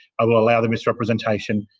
i will allow the misrepresentation.